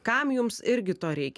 kam jums irgi to reikia